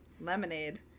Lemonade